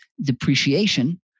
depreciation